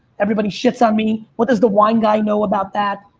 everybody shits on me. what does the wine guy know about that?